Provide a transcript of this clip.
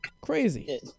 Crazy